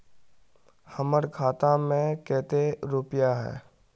हमर खाता में केते रुपया है?